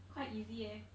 quite easy eh